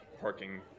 parking